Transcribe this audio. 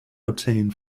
obtained